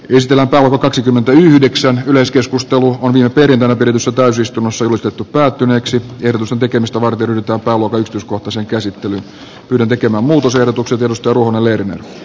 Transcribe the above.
nykyisellä päällä kaksikymmentäyhdeksän yleiskeskustelua on viritellyt yritys ottaisi istumassa julistettu päättyneeksi tertusen tekemistä varten jopa lopetus koko sen käsittely ylen tekemän muutosehdotuksen perusteluna leidinä